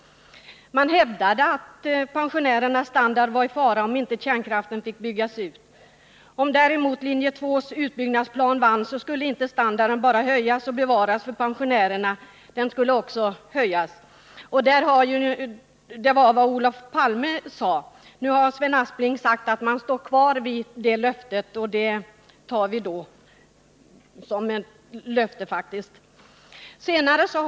Man hävdade att pensionärernas standard var i fara om inte kärnkraften fick byggas ut. Om däremot linje 2:s utbyggnadsplan vann, så skulle standarden för pensionärerna inte bara bevaras utan också höjas. Det var vad Olof Palme sade. Nu har Sven Aspling sagt att man står fast vid detta, och det tar vi då faktiskt som ett löfte.